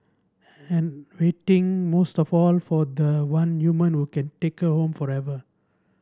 and waiting most of all for the one human who can take her home forever